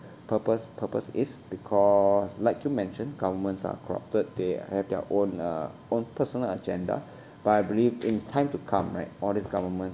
purpose purpose is because like you mentioned governments are corrupted they have their own uh own personal agenda but I believe in time to come right all this governments